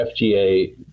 FGA